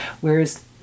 whereas